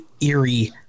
eerie